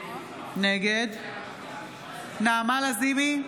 נגד נעמה לזימי,